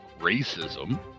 racism